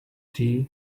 tea